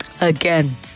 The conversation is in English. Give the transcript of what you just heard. again